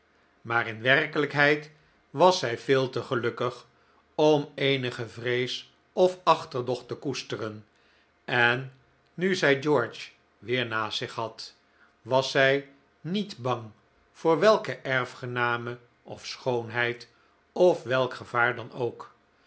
maar in werkelijkheid was zij veel te gelukkig om eenige vrees of achterdocht te koesteren en nu zij george weer naast zich had was zij niet bang voor welke erfgename of schoonheid of welk gevaar dan ook